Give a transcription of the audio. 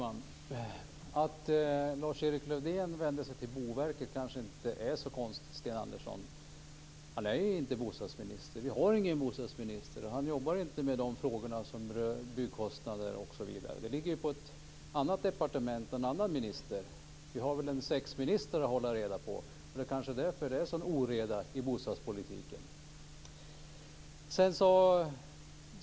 Fru talman! Att Lars-Erik Lövdén vände sig till Boverket kanske inte är så konstigt, Sten Andersson. Han är inte bostadsminister. Vi har ingen bostadsminister. Han jobbar inte med de frågor som rör byggkostnader, osv. Det ligger på ett annat departement och en annan minister. Vi har sex ministrar att hålla reda på. Det är kanske därför det är en sådan oreda i bostadspolitiken.